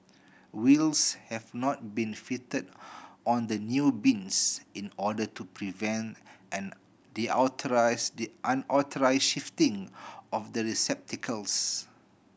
wheels have not been fitted on the new bins in order to prevent the the unauthorised shifting of the receptacles